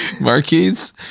Marquise